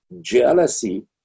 jealousy